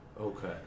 Okay